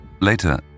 later